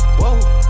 whoa